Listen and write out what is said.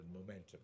momentum